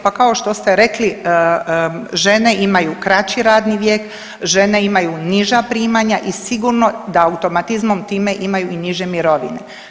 Pa kao što ste rekli, žene imaju kraći radni vijek, žene imaju niža primanja i sigurno da automatizmom time imaju i niže mirovine.